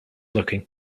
looking